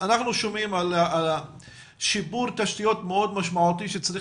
אנחנו שומעים על שיפור תשתיות מאוד משמעותי שצריך